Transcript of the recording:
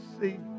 see